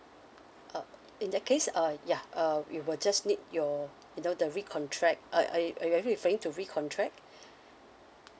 uh in that case uh ya uh we will just need your you know the recontract uh are are are you referring to recontract